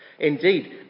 Indeed